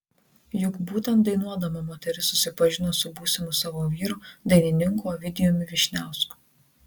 juk būtent dainuodama moteris susipažino su būsimu savo vyru dainininku ovidijumi vyšniausku